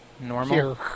Normal